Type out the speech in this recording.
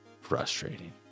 frustrating